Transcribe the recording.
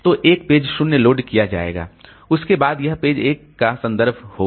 तो एक page 0 load किया जाएगा उसके बाद यह पेज एक का संदर्भ होगा